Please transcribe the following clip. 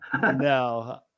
no